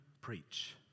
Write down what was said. preach